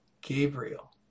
Gabriel